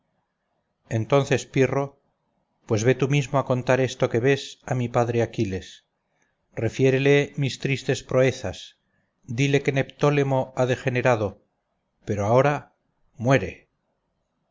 entonces pirro pues ve tú mismo a contar esto que ves a mi padre aquiles refiérele mis tristes proezas dile que neptolemo ha degenerado pero ahora muere